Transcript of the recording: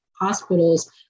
hospitals